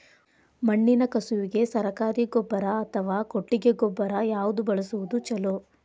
ಮಣ್ಣಿನ ಕಸುವಿಗೆ ಸರಕಾರಿ ಗೊಬ್ಬರ ಅಥವಾ ಕೊಟ್ಟಿಗೆ ಗೊಬ್ಬರ ಯಾವ್ದು ಬಳಸುವುದು ಛಲೋ?